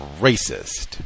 racist